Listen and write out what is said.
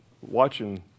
watching